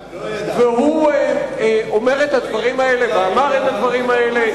והוא אומר את הדברים האלה ואמר את הדברים האלה.